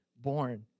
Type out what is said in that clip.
born